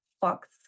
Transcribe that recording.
fox